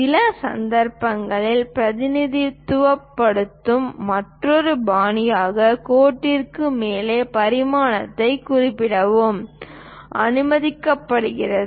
சில சந்தர்ப்பங்களில் பிரதிநிதித்துவப்படுத்தும் மற்றொரு பாணியான கோட்டிற்கு மேலே பரிமாணத்தைக் குறிப்பிடவும் அனுமதிக்கப்படுகிறது